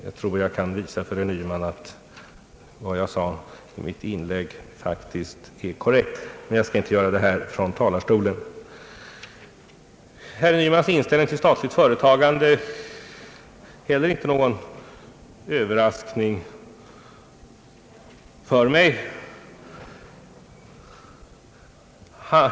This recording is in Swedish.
Jag tror att jag kan visa herr Nyman. att vad jag sade i mitt inlägg faktiskt är korrekt, men jag skall inte göra det här ifrån talarstolen. Herr Nymans inställning till statligt företagande är heller ingen överraskning för mig.